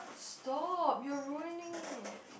stop you're ruining it